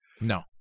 No